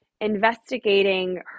investigating